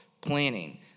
planning